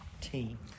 team